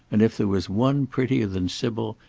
and if there was one prettier than sybil,